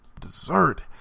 dessert